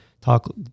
Talk